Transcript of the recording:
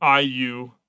IU